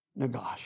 Nagash